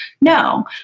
No